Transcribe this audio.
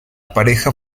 pareja